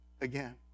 again